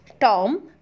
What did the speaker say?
Tom